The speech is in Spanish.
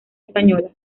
española